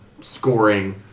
scoring